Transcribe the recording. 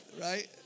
Right